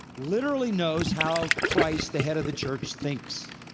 literally knows how christ the head of the church thinks.